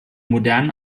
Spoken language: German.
modernen